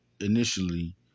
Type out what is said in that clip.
initially